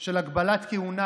של הגבלת כהונה,